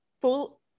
full